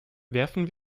werfen